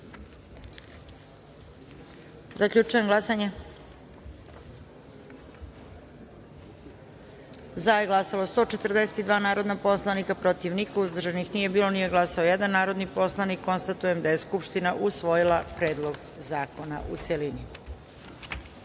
izjasne. Zaključujem glasanje: Za je glasalo 142 narodna poslanika, protiv – niko, uzdržanih – nije bilo, nije glasao jedan narodni poslanik. Konstatujem da je Skupština usvojila Predlog zakona, u